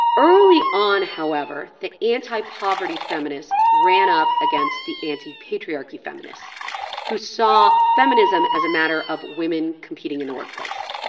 early on, however, the anti-poverty feminists ran up against the anti patriarchy feminists who saw feminism as a matter of women competing in the workplace.